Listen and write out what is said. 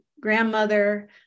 grandmother